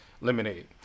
Lemonade